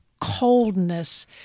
coldness